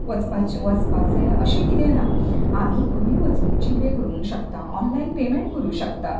वचपाचें वचपाक जाय अशें किदें ना आमी खंयूय वचून जी पे करूंक शकता ऑनलाइन पेमेन्ट करूंक शकता